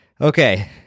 Okay